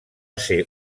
ser